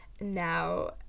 Now